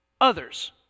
Others